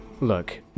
Look